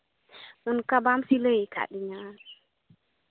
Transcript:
ᱚᱱᱠᱟ ᱵᱟᱢ ᱥᱤᱞᱟᱹᱭ ᱟᱠᱟᱫ ᱛᱤᱧᱟᱹ